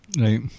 Right